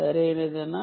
సరియైనదా